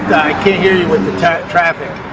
can't hear you with the traffic.